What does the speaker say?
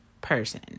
person